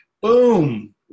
Boom